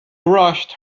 rushed